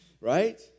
right